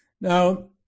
Now